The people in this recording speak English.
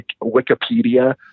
Wikipedia